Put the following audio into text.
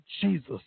Jesus